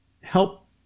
help